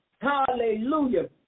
Hallelujah